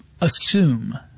assume